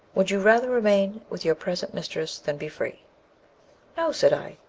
would you rather remain with your present mistress than be free no, said i.